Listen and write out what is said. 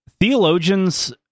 theologians